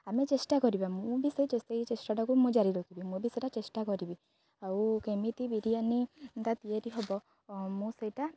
ଆମେ ଚେଷ୍ଟା କରିବା ମୁଁ ବି ସେ ସେଇ ଚେଷ୍ଟାଟାକୁ ମୁଁ ଜାରି ରଖିବି ମୁଁ ବି ସେଇଟା ଚେଷ୍ଟା କରିବି ଆଉ କେମିତି ବିରିୟାନିଟା ତିଆରି ହେବ ମୁଁ ସେଇଟା